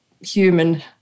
human